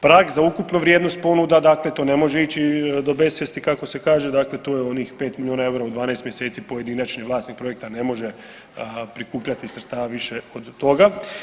Prag za ukupnu vrijednost ponuda, dakle to ne može ići do besvijesti kako se kaže, dakle to je onih 5 milijuna eura u 12 mjeseci pojedinačni vlasnik projekta ne može prikupljati sredstava više od toga.